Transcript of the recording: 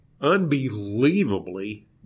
unbelievably